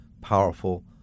powerful